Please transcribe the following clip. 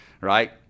right